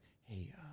hey